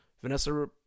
Vanessa